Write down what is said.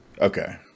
Okay